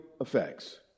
effects